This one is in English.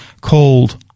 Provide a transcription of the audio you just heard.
called